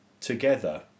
together